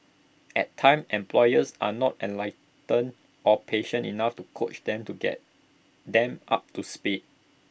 at times employers are not enlightened or patient enough to coach them to get them up to speed